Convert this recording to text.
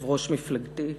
יו"ר מפלגתי,